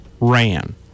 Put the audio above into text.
ran